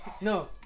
No